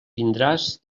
vindràs